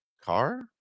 car